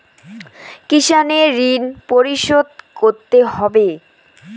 কিভাবে ঋণ পরিশোধ করতে হবে?